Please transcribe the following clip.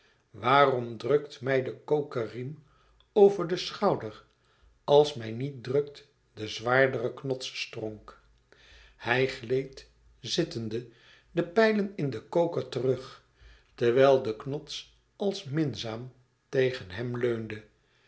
waarom drukt mij de kokerriem over den schouder als mij niet drukt de zwaardere knotstronk hij gleed zittende de pijlen in den koker terug terwijl de knots als minzaam tegen hem leunde